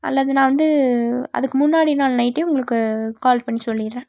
அல்லது நான் வந்து அதுக்கு முன்னாடி நாள் நைட்டே உங்களுக்கு கால் பண்ணி சொல்லிவிடுறேன்